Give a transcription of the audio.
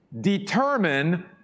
determine